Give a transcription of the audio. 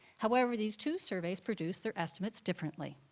however, these two surveys produce their estimates differently.